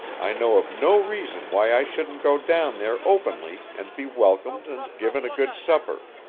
i know of no reason why i shouldn't go down there openly and be welcomed and given a good supper.